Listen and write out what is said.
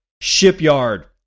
Shipyard